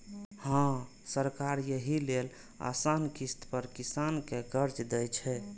हां, सरकार एहि लेल आसान किस्त पर किसान कें कर्ज दै छै